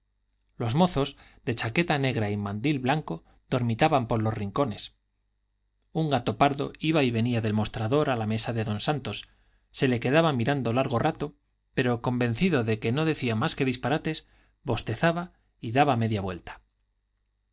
los mozos de chaqueta negra y mandil blanco dormitaban por los rincones un gato pardo iba y venía del mostrador a la mesa de don santos se le quedaba mirando largo rato pero convencido de que no decía más que disparates bostezaba y daba media vuelta